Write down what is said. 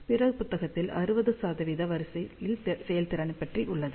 பிற புத்தகத்தில் 60 வரிசையில் செயல்திறனைப் பற்றி உள்ளது